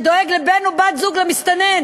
שדואג לבן-זוג או בת-זוג למסתנן,